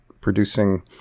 producing